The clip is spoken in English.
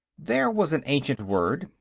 there was an ancient word,